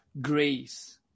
grace